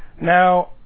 Now